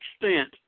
extent